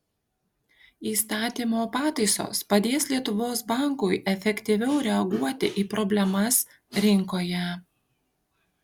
įstatymo pataisos padės lietuvos bankui efektyviau reaguoti į problemas rinkoje